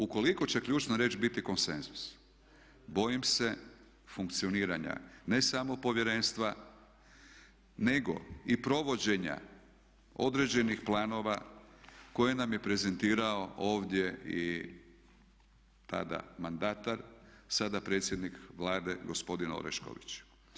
Ukoliko će ključna riječ biti konsenzus bojim se funkcioniranja ne samo povjerenstva nego i provođenja određenih planova koje nam je prezentirao ovdje i tada mandatar a sada predsjednik Vlade gospodin Orešković.